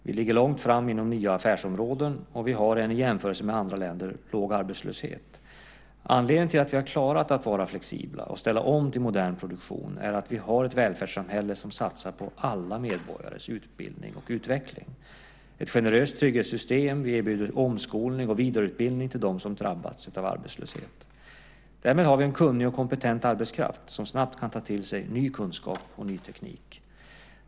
Vi ligger långt fram inom nya affärsområden, och vi har en, i jämförelse med andra länder, låg arbetslöshet. Anledningen till att vi klarat av att vara flexibla och ställa om till modern produktion är att vi har ett välfärdssamhälle som satsar på alla medborgares utbildning och utveckling. Vi har ett generöst trygghetssystem och erbjuder omskolning och vidareutbildning till dem som drabbas av arbetslöshet. Därmed har vi en kunnig och kompetent arbetskraft som snabbt kan ta till sig ny kunskap och teknik.